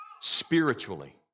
spiritually